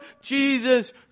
Jesus